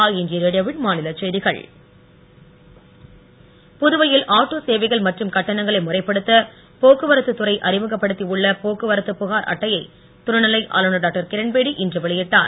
அட்டை புதுவையில் ஆட்டோ சேவைகள் மற்றும் கட்டணங்கனை முறைப்படுத்த போக்குவரத்து துறை அறிமுகப்படுத்தி உள்ள போக்குவரத்து புகார் அட்டையை துணை நிலை ஆளுநர் டாக்டர் கிரண்பேடி இன்று வெளியிட்டார்